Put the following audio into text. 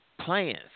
plans